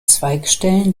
zweigstellen